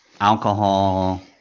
alcohol